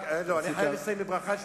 לא, אני חייב לסיים בברכה.